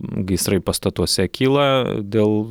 gaisrai pastatuose kyla dėl